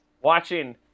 watching